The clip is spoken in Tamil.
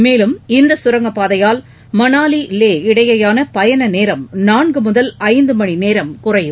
மேலும் இந்த கரங்கப்பாதையால் மணாலி லே இடையேயான பயண நேரம் நான்கு முதல் ஐந்து மணி நேரம் குறையும்